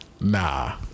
Nah